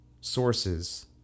sources